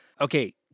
Okay